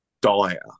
dire